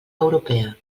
europea